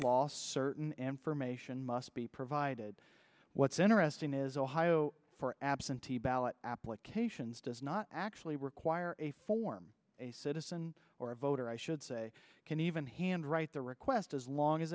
law certain information must be provided what's interesting is ohio for absentee ballot applications does not actually require a form a citizen or a voter i should say can even hand write the request as long as